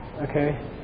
Okay